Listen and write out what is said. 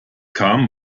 kam